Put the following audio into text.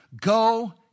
go